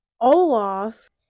Olaf